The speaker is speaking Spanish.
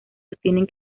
sostienen